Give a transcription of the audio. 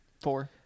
Four